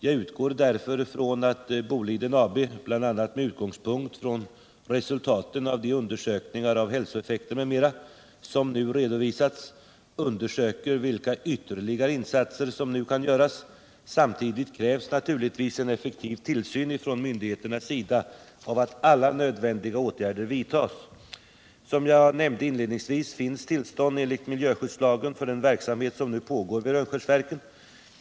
Jag utgår därför från att Boliden AB, bl.a. med utgångspunkt i resultaten av de undersökningar av hälsoeffekter m.m. som nu redovisats, undersöker vilka ytterligare insatser som nu kan göras. Samtidigt krävs naturligtvis en effektiv tillsyn från myndigheternas sida av att alla nödvändiga åtgärder vidtas. Som jag nämnde inledningsvis finns tillstånd enligt miljöskyddslagen för den verksamhet som pågår vid Rönnskärsverken.